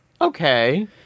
Okay